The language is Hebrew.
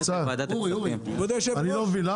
אני לא מבין,